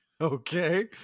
Okay